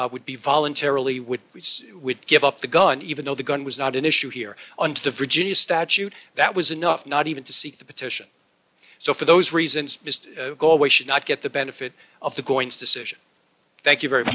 also would be voluntarily which would give up the gun even though the gun was not an issue here on the virginia statute that was enough not even to seek the petition so for those reasons just go away should not get the benefit of the going to decision thank you very